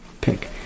pick